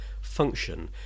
function